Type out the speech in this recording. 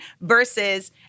versus